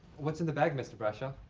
what's in the bag, mr. brashov?